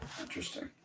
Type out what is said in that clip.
Interesting